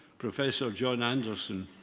professor john anderson,